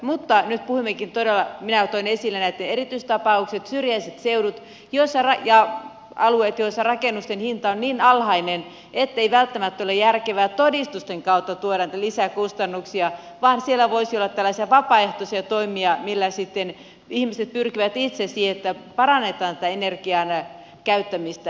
mutta nyt puhummekin todella minä toin esille nämä erityistapaukset syrjäisistä seuduista ja alueista joissa rakennusten hinta on niin alhainen ettei välttämättä ole järkevää todistusten kautta tuoda näitä lisäkustannuksia vaan siellä voisi olla tällaisia vapaaehtoisia toimia millä sitten ihmiset pyrkivät itse siihen että parannetaan tätä energian käyttämistä